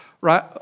right